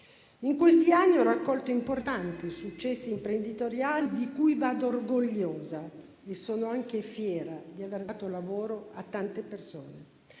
In questi anni ho raccolto importanti successi imprenditoriali di cui vado orgogliosa e sono anche fiera di aver dato lavoro a tante persone.